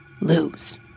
Lose